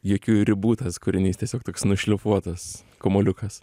jokių ribų tas kūrinys tiesiog toks nušlifuotas kamuoliukas